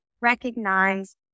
recognize